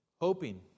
Hoping